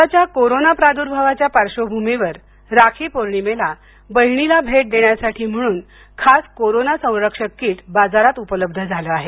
यंदाच्या कोरोना प्रादुर्भावाच्या पार्श्वभूमीवर राखी पौर्णिमेला बहिणीला भेट म्हणून देण्यासाठी खास कोरोना संरक्षक किट बाजारात उपलब्ध झाले आहे